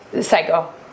Psycho